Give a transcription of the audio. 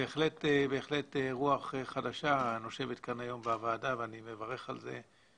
בהחלט רוח חדשה נושבת כאן היום בוועדה ואני מברך על כך.